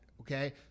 Okay